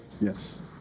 Yes